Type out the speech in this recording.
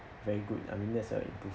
very good I mean that's